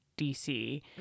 DC